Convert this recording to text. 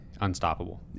unstoppable